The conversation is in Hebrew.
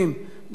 בבקשה.